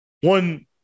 one